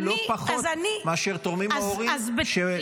לא פחות מאשר תורמים ההורים שעובדים.